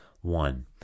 One